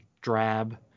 drab